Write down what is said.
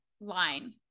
line